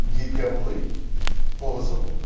গীত গাবলৈ সহজ হ'ব